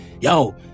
yo